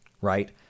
right